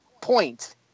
point